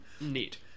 Neat